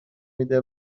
میده